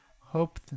hope